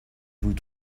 vous